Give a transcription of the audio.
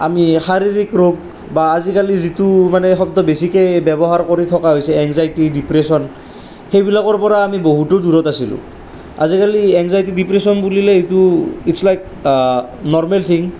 আমি শাৰীৰিক ৰোগ বা আজিকালি যিটো মানে শব্দ বেছিকে ব্যৱহাৰ কৰি থকা হৈছে এনজাইটি ডিপ্ৰেশ্যন সেইবিলাকৰ পৰা আমি বহুতো দূৰত আছিলো আজিকালি এনজাইটি ডিপ্ৰেশ্যন বুলিলে এইটো ইটচ লাইক নৰ্মেল থিং